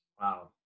Wow